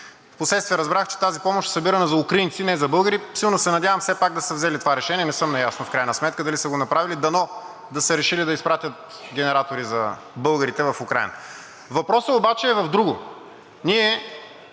Впоследствие разбрах, че тази помощ е събирана за украинци, не за българи. Силно се надявам все пак да са взели това решение. Не съм наясно в крайна сметка дали са го направили. Дано да са решили да изпратят генератори за българите в Украйна. Въпросът обаче е в друго. В